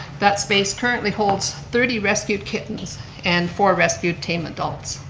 that space currently holds thirty rescued kittens and four rescue tamed adults.